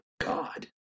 god